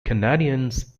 canadiens